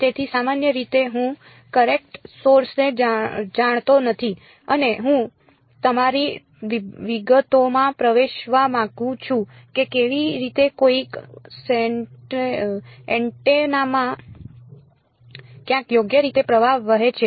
તેથી સામાન્ય રીતે હું કરેંટ સોર્સ ને જાણતો નથી અને હું તમારી વિગતોમાં પ્રવેશવા માંગુ છું કે કેવી રીતે કોઈક એન્ટેનામાં ક્યાંક યોગ્ય રીતે પ્રવાહ વહે છે